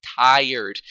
tired